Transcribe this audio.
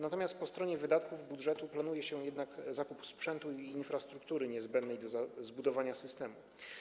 Natomiast po stronie wydatków z budżetu planuje się zakup sprzętu i infrastruktury niezbędnych do zbudowania systemu.